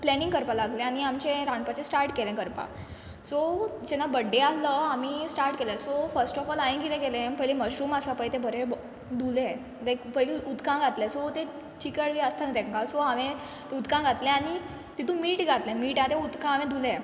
planning करपा लागले आनी आमचें रांदपाचें स्टार्ट केलें करपा सो जेन्ना बड्डे आल्हो आमी स्टार्ट केलें सो फस्ट ऑफ ऑल हांयें कितें केलें पयली मशरूम आसा पय ते बरें ब् धुले लायक पयलीत उदका घातले सो ते चिकळ बी आसता न्हू तेंकां सो हांवें ते उदका घातले आनी तितून मीठ घातलें मीठ आहा तें उदका हांवें धुले